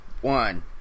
One